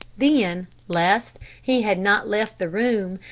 then, lest he had not left the room,